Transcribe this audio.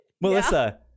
Melissa